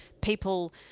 people